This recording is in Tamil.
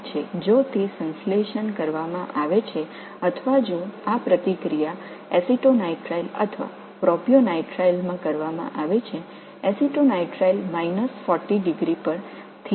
நிச்சயமாக இது ஒரு கரைப்பான் தொகுப்பாக அல்லது இந்த வினை அசிட்டோனிட்ரைல் அல்லது புரோபியோனிட்ரைல்லில் செய்யப்பட்டால் அது மைனஸ் 40 டிகிரியில் உறைந்திருக்கும்